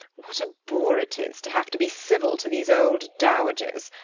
what a bore it is to have to be civil to these old dowagers!